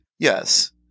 Yes